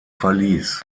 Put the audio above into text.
verließ